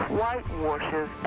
whitewashes